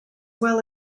well